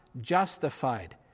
justified